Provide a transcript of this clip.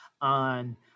on